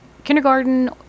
kindergarten